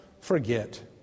Forget